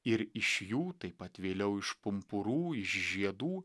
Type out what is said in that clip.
ir iš jų taip pat vėliau iš pumpurų iš žiedų